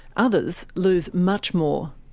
others lose much more.